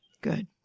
Good